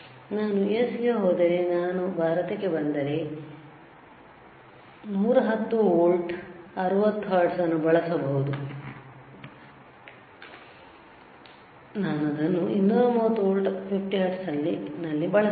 ನಾನು USಗೆ ಹೋದರೆ ನಾನು ಭಾರತಕ್ಕೆ ಬಂದರೆ 110 ವೋಲ್ಟ್ 60 ಹರ್ಟ್ಜ್ ಅನ್ನು ಬಳಸಬಹುದು ನಾನು ಅದನ್ನು 230 ವೋಲ್ಟ್ 50 ಹರ್ಟ್ಜ್ನಲ್ಲಿ ಬಳಸಬಹುದು